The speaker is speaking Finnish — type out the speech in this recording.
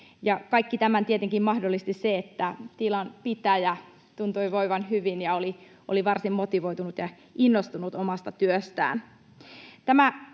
Kaiken tämän tietenkin mahdollisti se, että tilanpitäjä tuntui voivan hyvin ja oli varsin motivoitunut ja innostunut omasta työstään.